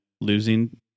losing